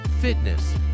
fitness